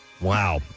Wow